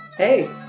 Hey